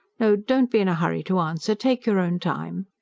no, don't be in a hurry to answer. take your own time.